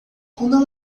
quando